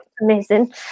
Amazing